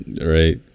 Right